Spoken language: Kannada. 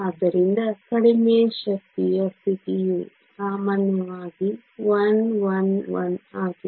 ಆದ್ದರಿಂದ ಕಡಿಮೆ ಶಕ್ತಿಯ ಸ್ಥಿತಿಯು ಸಾಮಾನ್ಯವಾಗಿ 1 1 1 ಆಗಿದೆ